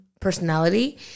personality